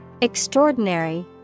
Extraordinary